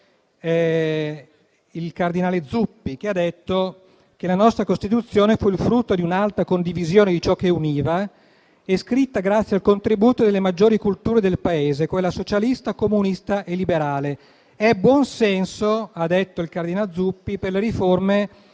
il cardinal Zuppi, che ha detto che la nostra Costituzione fu il frutto di un'alta condivisione di ciò che univa e fu scritta grazie al contributo delle maggiori culture del Paese, socialista, comunista e liberale. È buon senso - ha detto il cardinal Zuppi - usare per le riforme quello